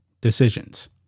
decisions